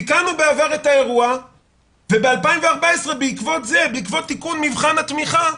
תיקנו בעבר את האירוע וב-2014 בעקבות תיקון מבחן התמיכה,